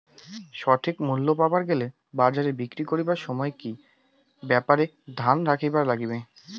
সঠিক মূল্য পাবার গেলে বাজারে বিক্রি করিবার সময় কি কি ব্যাপার এ ধ্যান রাখিবার লাগবে?